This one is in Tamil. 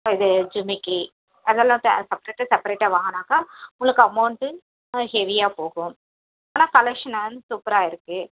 இது ஜிமிக்கி அதெல்லாம் தே செப்ரெட்டு செப்ரெட்டாக வாங்கினாக்கா உங்களுக்கு அமௌண்ட்டு ஹெவியாக போகும் ஆனால் கலெக்ஷன் வந்து சூப்பராக இருக்குது